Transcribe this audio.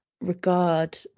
regard